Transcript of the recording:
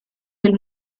del